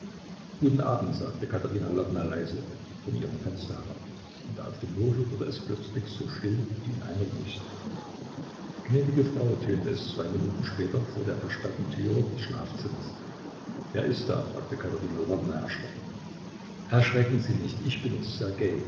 guten abend sagte katerina lwowna leise von ihrem fenster herab und auf dem hofe wurde es plötzlich so still wie in einer wüste gnädige frau tönte es zwei minuten später vor der versperrten türe des schlafzimmers wer ist da fragte katerina lwowna erschrocken erschrecken sie nicht ich bin es